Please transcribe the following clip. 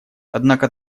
однако